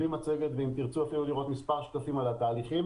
אז בלי מצגת אבל אם תרצו אפילו לראות כמה שקפים על התהליכים.